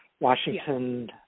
Washington